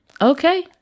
Okay